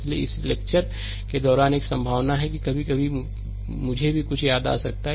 इसलिए इस लेक्चर के दौरान एक संभावना है कि कभी कभी मुझे भी कुछ याद आ सकता है